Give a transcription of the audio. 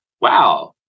wow